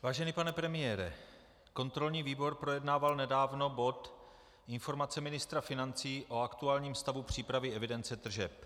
Vážený pane premiére, kontrolní výbor projednával nedávno bod Informace ministra financí o aktuálním stavu přípravy evidence tržeb.